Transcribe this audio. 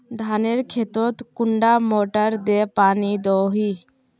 धानेर खेतोत कुंडा मोटर दे पानी दोही?